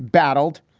battled,